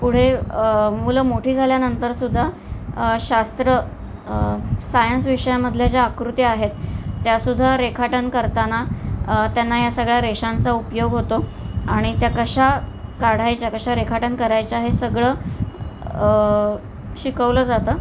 पुढे मुलं मोठी झाल्यानंतरसुद्धा शास्त्र सायन्स विषयामधल्या ज्या आकृत्या आहेत त्यासुद्धा रेखाटन करताना त्यांना या सगळ्या रेषांचा उपयोग होतो आणि त्या कशा काढायच्या कशा रेखाटन करायच्या हे सगळं शिकवलं जातं